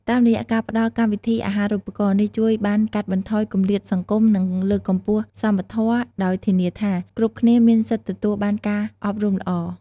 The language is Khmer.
តាមរយៈការផ្ដល់កម្មវិធីអាហារូបករណ៍ នេះជួយ បានកាត់បន្ថយគម្លាតសង្គម និង លើកកម្ពស់សមធម៌ ដោយធានាថា គ្រប់គ្នាមានសិទ្ធិទទួលបានការអប់រំល្អ។